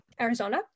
Arizona